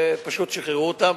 ופשוט שחררו אותם,